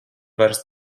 vairs